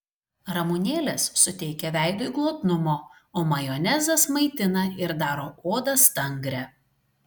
ramunėlės suteikia veidui glotnumo o majonezas maitina ir daro odą stangrią